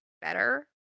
better